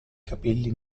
capelli